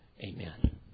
Amen